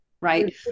Right